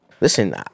Listen